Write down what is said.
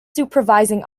supervising